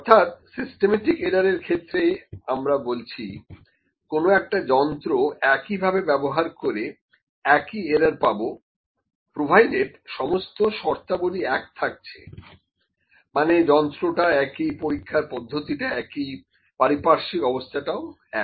অর্থাৎ systematic error এর ক্ষেত্রে আমরা বলছি কোন একটা যন্ত্র একইভাবে ব্যবহার করে একই এরার পাবো প্রোভাইডেড সমস্ত শর্তাবলী এক থাকছে মানে যন্ত্রটা একই পরীক্ষাটার পদ্ধতিটা একই পারিপার্শ্বিক অবস্থাটাও এক